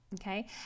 okay